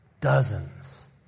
Dozens